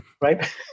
right